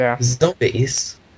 zombies